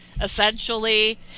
Essentially